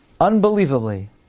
unbelievably